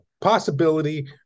possibility